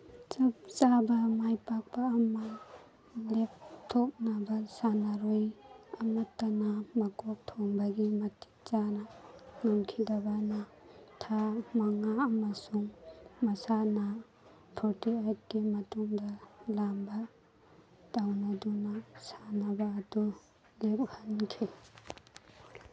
ꯆꯞ ꯆꯥꯕ ꯃꯥꯏ ꯄꯥꯛꯄ ꯑꯃ ꯂꯦꯞꯊꯣꯛꯅꯕ ꯁꯥꯟꯅꯔꯣꯏ ꯑꯃꯇꯅ ꯃꯀꯣꯛ ꯊꯣꯡꯕꯒꯤ ꯃꯇꯤꯛ ꯆꯥꯅ ꯉꯝꯈꯤꯗꯕꯅ ꯊꯥ ꯃꯉꯥ ꯑꯃꯁꯨꯡ ꯃꯁꯥꯟꯅ ꯐꯣꯔꯇꯤ ꯑꯩꯠꯀꯤ ꯃꯇꯨꯡꯗ ꯂꯝꯕꯥ ꯇꯧꯅꯗꯨꯅ ꯁꯥꯟꯅꯕ ꯑꯗꯨ ꯂꯦꯞꯍꯟꯈꯤ